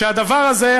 שהדבר הזה,